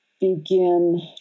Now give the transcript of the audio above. begin